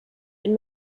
and